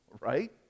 Right